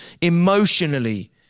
emotionally